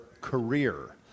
career